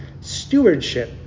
stewardship